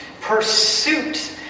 Pursuit